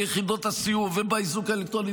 ביחידות הסיור ובאיזוק האלקטרוני,